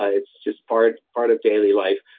ah it's just part part of daily life.